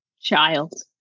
Child